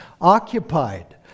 occupied